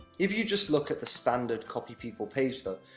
if you just look at the standard copy people page, though,